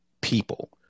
people